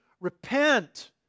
Repent